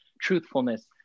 truthfulness